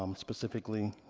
um specifically,